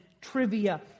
trivia